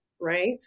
right